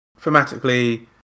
thematically